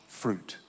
fruit